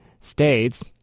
states